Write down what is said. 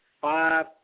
five